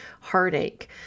heartache